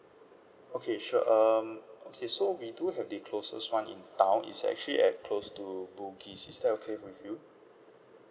okay sure um okay so we do have the closest one in town is actually at close to bugis is that okay with you